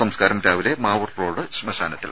സംസ്കാരം രാവിലെ മാവൂർ റോഡ് ശ്മശാനത്തിൽ